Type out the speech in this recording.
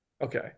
Okay